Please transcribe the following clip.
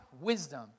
wisdom